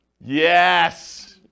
Yes